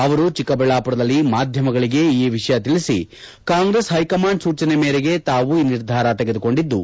ಅವರು ಚಿಕ್ಕಬಳ್ಳಾಪುರದಲ್ಲಿ ಮಾಧ್ಯಮಗಳಿಗೆ ಈ ವಿಷಯ ತಿಳಿಸಿ ಕಾಂಗ್ರೆಸ್ ಹೈಕಮಾಂಡ್ ಸೂಚನೆ ಮೇರೆಗೆ ತಾವು ಈ ನಿರ್ಧಾರ ತೆಗೆದುಕೊಂಡಿದ್ದು